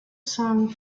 song